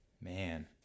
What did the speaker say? man